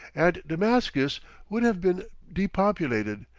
and damascus would have been depopulated,